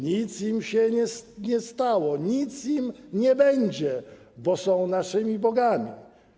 Nic im się nie stało, nic im nie będzie, bo są naszymi bogami.